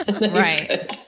Right